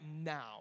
now